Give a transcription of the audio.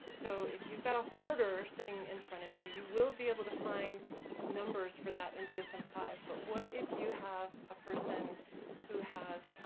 so if you've got a hoarder sitting in front of you, you will be able to find numbers for that in dsm five, but what if you have a person who has